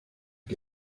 que